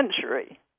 century